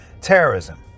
terrorism